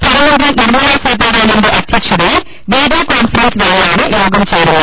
ധനമന്ത്രി നിർമ്മലാ സീതാരാമന്റെ അധ്യക്ഷതയിൽ വീഡിയോ കോൺഫറൻസ് വഴിയാണ് യോഗം ചേരുന്നത്